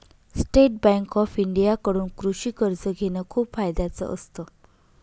state Bank of India कडून कृषि कर्ज घेण खूप फायद्याच असत